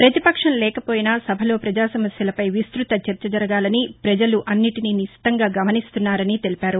ప్రతిపక్షం లేకపోయినా సభలో ప్రజా సమస్యలపై విస్తృత చర్చ జరగాలని ప్రజలు అన్నింటిని నిశితంగా గమనిస్తున్నారని తెలిపారు